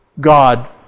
God